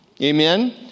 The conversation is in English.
Amen